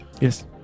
yes